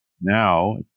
now